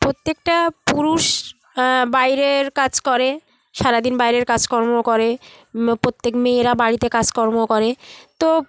প্রত্যেকটা পুরুষ বাইরের কাজ করে সারাদিন বাইরের কাজকর্ম করে প্রত্যেক মেয়েরা বাড়িতে কাজকর্ম করে তো